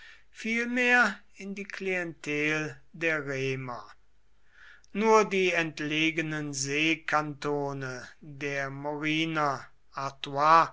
vielmehr in die klientel der reiner nur die entlegenen seekantone der moriner